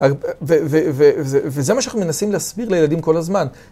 וזה מה שאנחנו מנסים להסביר לילדים כל הזמן.